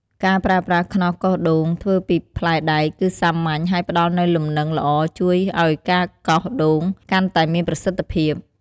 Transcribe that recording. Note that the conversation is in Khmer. ការប្រើប្រាស់ខ្នោសកោសដូងធ្វើពីផ្លែដែក គឺសាមញ្ញ ហើយផ្តល់នូវលំនឹងល្អ ជួយឱ្យការកោសដូងកាន់តែមានប្រសិទ្ធភាព។